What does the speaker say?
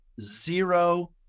zero